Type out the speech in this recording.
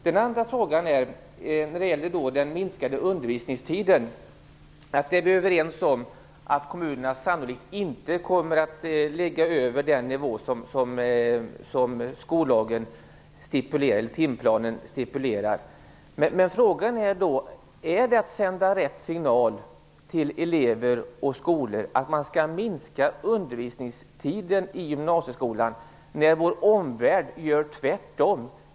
Den andra frågan gäller den minskade undervisningstiden. Vi är överens om att kommunerna sannolikt inte kommer att ligga över den nivå som timplanen stipulerar. Sänder man rätt signal till elever och skolor genom att minska undervisningstiden i gymnasieskolan när vår omvärld gör tvärtom?